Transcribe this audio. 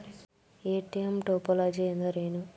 ATM topology ಎಂದರೇನು?